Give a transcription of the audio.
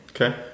Okay